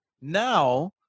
Now